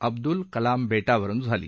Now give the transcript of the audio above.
अब्दुल कलाम बे वरुन झाली